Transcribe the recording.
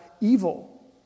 evil